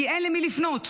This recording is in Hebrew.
כי אין למי לפנות.